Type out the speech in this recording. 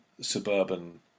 suburban